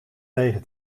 tegen